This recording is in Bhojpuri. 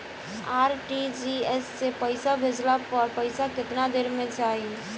आर.टी.जी.एस से पईसा भेजला पर पईसा केतना देर म जाई?